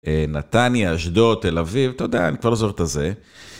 נתניה, אשדוד, תל אביב. אתה יודע, אני כבר לא זוכר את הזה.